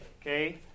okay